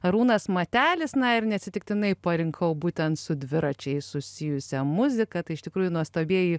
arūnas matelis na ir neatsitiktinai parinkau būtent su dviračiais susijusią muziką tai iš tikrųjų nuostabieji